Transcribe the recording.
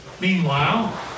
Meanwhile